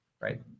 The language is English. right